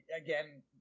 Again